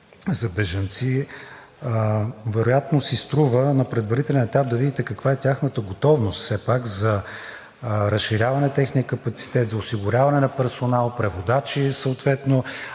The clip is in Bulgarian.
за бежанци, вероятно си струва на предварителен етап да видите каква е тяхната готовност за разширяване на техния капацитет, за осигуряване на персонал, преводачи съответно,